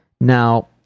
Now